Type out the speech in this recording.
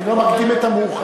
אני לא מקדים את המאוחר,